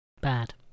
Bad